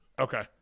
Okay